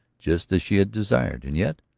just as she had desired. and yet,